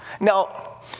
Now